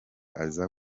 aza